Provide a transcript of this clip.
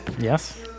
Yes